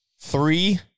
three